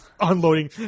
unloading